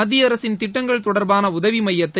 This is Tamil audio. மத்திய அரசின் திட்டங்கள் தொடர்பாள உதவி எமயத்தை